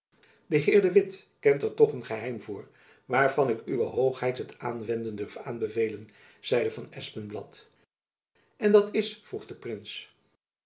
de witt kent er toch een geheim voor waarvan ik uwe hoogheid het aanwenden durf aanbevelen zeide van espenblad en dat is vroeg de prins